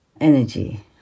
energy